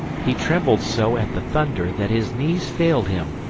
he trembled so at the thunder, that his knees failed him,